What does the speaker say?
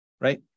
right